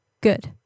Good